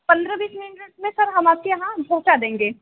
पंद्रह बीस minute minute में सर हम आपके यहाँ पहुंचा देंगे